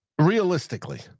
realistically